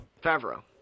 Favreau